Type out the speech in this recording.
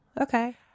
Okay